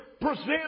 present